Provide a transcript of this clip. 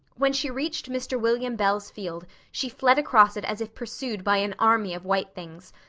when she reached mr. william bell's field she fled across it as if pursued by an army of white things,